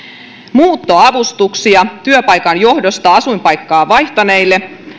muuttoavustuksia työpaikan johdosta asuinpaikkaa vaihtaneille